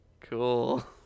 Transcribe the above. Cool